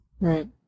Right